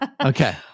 Okay